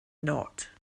not